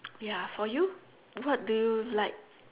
ya for you what do you like